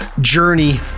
journey